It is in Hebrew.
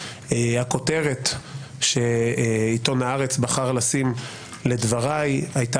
הכותרת שעיתון הארץ בחר לשים לדבריי הייתה